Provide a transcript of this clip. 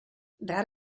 that